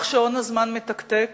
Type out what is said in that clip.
אך שעון הזמן מתקתק